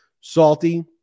Salty